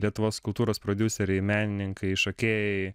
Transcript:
lietuvos kultūros prodiuseriai menininkai šokėjai